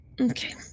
okay